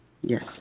yes